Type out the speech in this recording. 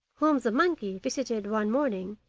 whom the monkey visited one morning,